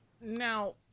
Now